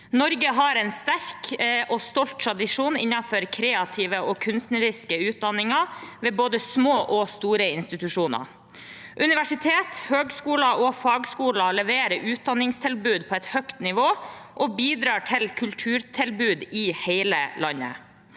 Norge har en sterk og stolt tradisjon innenfor kreative og kunstneriske utdanninger ved både små og store institusjoner. Universiteter, høyskoler og fagskoler leverer utdanningstilbud på et høyt nivå og bidrar til kulturtilbud i hele landet.